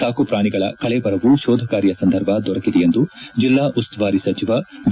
ಸಾಕು ಪ್ರಾಣಿಗಳ ಕಳೇಬರವೂ ಶೋಧಕಾರ್ಯ ಸಂದರ್ಭ ದೊರಕಿದೆ ಎಂದು ಜಿಲ್ಲಾ ಉಸ್ತುವಾರಿ ಸಚಿವ ವಿ